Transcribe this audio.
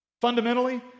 Fundamentally